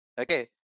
okay